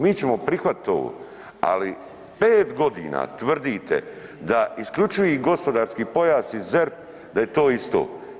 Mi ćemo prihvatiti ovo, ali pet godina tvrdite da isključivi gospodarski pojas i ZERP da je to isto.